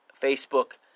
Facebook